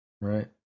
Right